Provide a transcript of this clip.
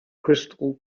crystal